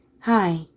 hi